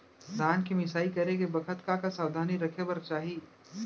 धान के मिसाई करे के बखत का का सावधानी रखें बर चाही?